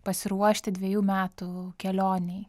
pasiruošti dvejų metų kelionei